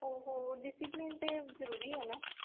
ਉਹ ਡਿਸਿਪਲਿਨ ਤਾਂ ਜ਼ਰੂਰੀ ਹੈ ਨਾ